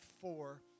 four